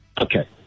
Okay